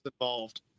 involved